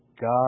God